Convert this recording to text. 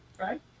Right